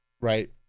right